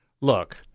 look